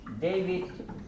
David